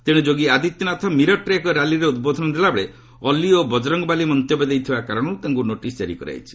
ତେଶେ ଯୋଗୀ ଆଦିତ୍ୟନାଥ ମିରଟ୍ରେ ଏକ ର୍ୟାଲିରେ ଉଦ୍ବୋଧନ ଦେଲାବେଳେ ଅଲି ଓ ବଜରଙ୍ଗବାଲୀ ମନ୍ତବ୍ୟ ଦେଇଥିବା କାରଣରୁ ତାଙ୍କୁ ନୋଟିସ୍ ଜାରି କରାଯାଇଛି